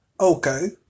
Okay